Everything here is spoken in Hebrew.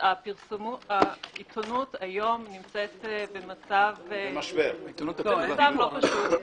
העיתונות היום נמצאת במצב לא פשוט.